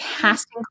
casting